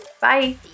Bye